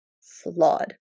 flawed